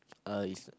uh is